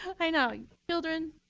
i know. children,